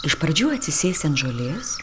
iš pradžių atsisėsti ant žolės